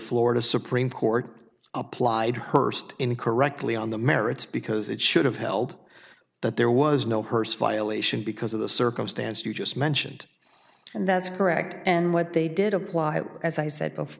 florida supreme court applied hurst in correctly on the merits because it should have held that there was no hearst violation because of the circumstance you just mentioned and that's correct and what they did apply as i said